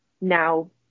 now